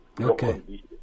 Okay